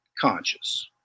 conscious